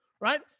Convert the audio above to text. right